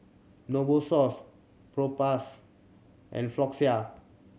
Novosource Propass and Floxia